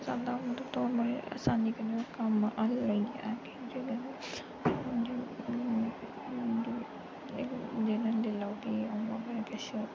तुस मतलब आसानी कन्नै कम्म हल्ल होई कि जे जेल्लै ओह् भी किश